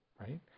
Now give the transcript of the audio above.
Right